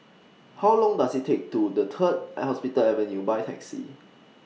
How Long Does IT Take to get to Third Hospital Avenue By Taxi